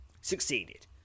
Succeeded